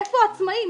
איפה העצמאי?